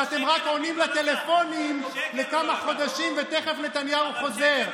שאתם רק עונים על טלפונים לכמה חודשים ותכף נתניהו חוזר,